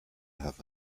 have